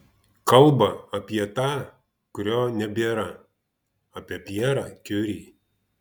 kalba apie tą kurio nebėra apie pjerą kiuri